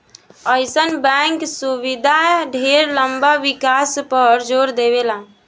अइसन बैंक समुदाय ढेर लंबा विकास पर जोर देवेला